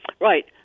Right